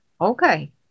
okay